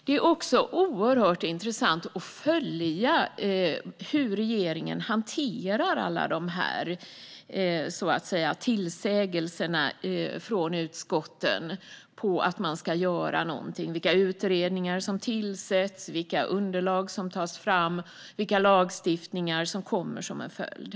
Det är också oerhört intressant att följa hur regeringen hanterar alla dessa så att säga tillsägelser från utskotten att man ska göra någonting - vilka utredningar som tillsätts, vilka underlag som tas fram, vilken lagstiftning som kommer som en följd.